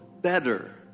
better